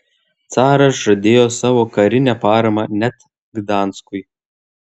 caras žadėjo savo karinę paramą net gdanskui